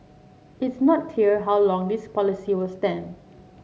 it's not clear how long this policy will stand